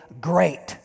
great